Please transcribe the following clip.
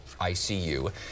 ICU